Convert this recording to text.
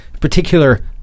particular